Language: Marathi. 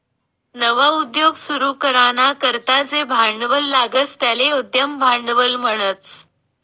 नवा उद्योग सुरू कराना करता जे भांडवल लागस त्याले उद्यम भांडवल म्हणतस